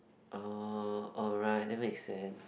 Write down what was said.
orh oh right that makes sense